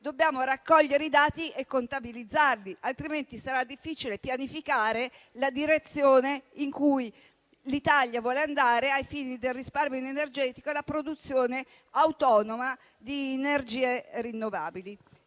dobbiamo raccogliere i dati e contabilizzarli, altrimenti sarà difficile pianificare la direzione in cui l'Italia vuole andare ai fini del risparmio energetico e della produzione autonoma di energie rinnovabili.